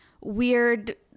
weird